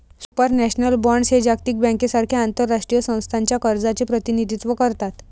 supranational bonds हे जागतिक बँकेसारख्या आंतरराष्ट्रीय संस्थांच्या कर्जाचे प्रतिनिधित्व करतात